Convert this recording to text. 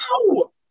Wow